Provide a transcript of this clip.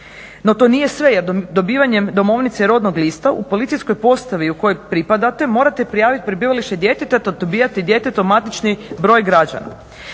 No to nije sve jer dobivanjem domovnice i rodnog lista u policijskoj postavi u kojoj pripadate morate prijaviti prebivalište djeteta te dobivate djetetov matični broj građana.